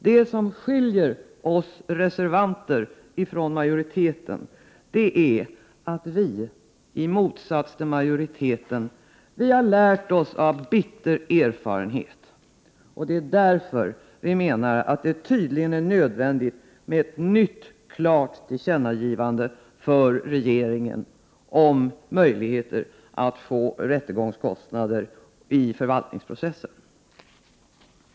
Det som skiljer oss reservanter från majoriteten är att vi i motsats till majoriteten lärt oss av bitter erfarenhet. Det är därför som vi menar att det tydligen är nödvändigt med ett nytt klart tillkännagivande till regeringen om möjligheten att få rättegångskostnader i förvaltningsprocesser ersatta.